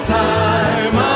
time